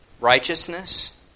Righteousness